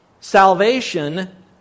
salvation